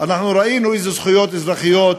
אנחנו ראינו איזה זכויות אזרחיות